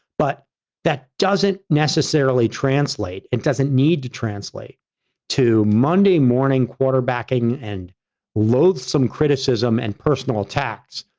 but that doesn't necessarily translate, it doesn't need to translate to monday morning quarterbacking and loads some criticism and personal attacks,